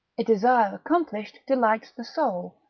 a desire accomplished delights the soul,